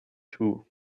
two